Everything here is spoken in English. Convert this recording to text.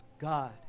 God